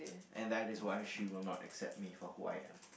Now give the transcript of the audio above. and that is why she will not accept me for who I am